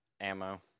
Ammo